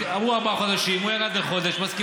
אמרו ארבעה חודשים, הוא ירד לחודש, את מסכימה?